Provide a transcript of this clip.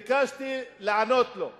ביקשתי לענות לו.